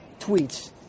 tweets